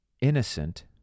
innocent